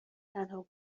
تنها